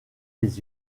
les